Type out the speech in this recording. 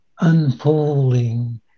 unfolding